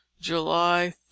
july